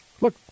Look